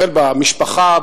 החל במשפחה,